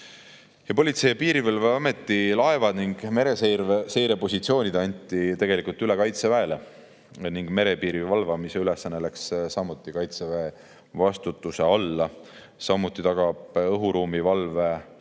Politsei- ja Piirivalveameti laevad ning mereseirepositsioonid anti tegelikult üle Kaitseväele ning merepiiri valvamise ülesanne läks samuti Kaitseväe vastutuse alla. Samuti tagab Kaitsevägi õhuruumi valve,